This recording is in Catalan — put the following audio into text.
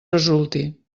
resulti